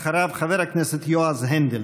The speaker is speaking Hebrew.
אחריו, חבר הכנסת יועז הנדל.